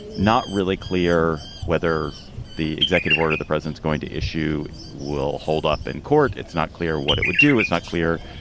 not really clear whether the executive order the president's going to issue will hold up in court. it's not clear what it would do, is not clear